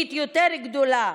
תוכנית יותר גדולה,